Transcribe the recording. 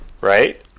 right